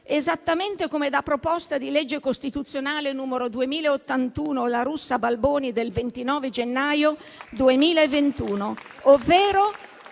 esattamente come da proposta di legge costituzionale n. 2081 La Russa e Balboni del 29 gennaio 2021